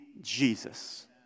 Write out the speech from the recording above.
Jesus